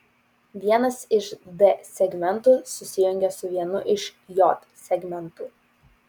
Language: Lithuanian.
vienas iš d segmentų susijungia su vienu iš j segmentų